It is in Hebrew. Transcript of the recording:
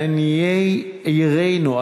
לעניי עירנו,